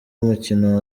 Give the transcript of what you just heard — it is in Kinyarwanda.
umukino